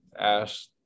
Ash